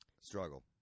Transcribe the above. struggle